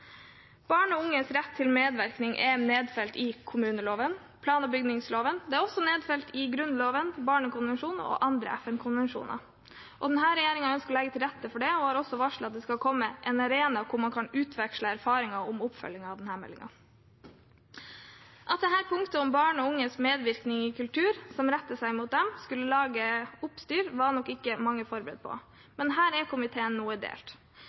Barn og unges rett til medvirkning er nedfelt i kommuneloven og i plan- og bygningsloven. Det er også nedfelt i Grunnloven, barnekonvensjonen og andre FN-konvensjoner. Denne regjeringen ønsker å legge til rette for dette og har også varslet at det skal komme en arena der man kan utveksle erfaringer om oppfølgingen av denne meldingen. At dette punktet om barn og unges medvirkning i kultur som retter seg mot dem, skulle lage oppstyr, var nok ikke mange forberedt på, men her er komiteen noe delt.